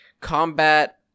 combat